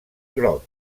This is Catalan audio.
groc